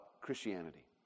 Christianity